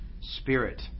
Spirit